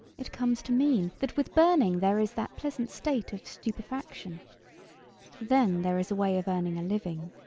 it comes to mean that with burning there is that pleasant state of stupefication. then there is a way of earning a living.